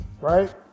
Right